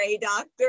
doctor